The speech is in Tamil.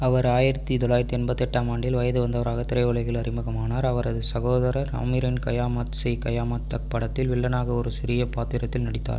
அவர் ஆயிரத்து தொள்ளாயிரத்து எண்பத்தி எட்டாம் ஆண்டில் வயது வந்தவராக திரையுலகில் அறிமுகமானார் அவரது சகோதரர் ஆமீரின் கயாமத் சே கயாமத் தக் படத்தில் வில்லனாக ஒரு சிறிய பாத்திரத்தில் நடித்தார்